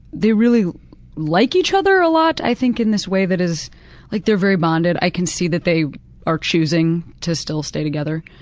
they really like each other a lot, i think, in this way that is like they're very bonded, i can see that they are choosing to still stay together,